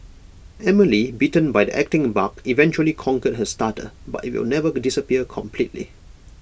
Emily bitten by the acting bug eventually conquered her stutter but IT will never be disappear completely